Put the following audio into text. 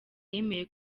yemeye